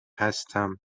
هستم